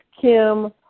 Kim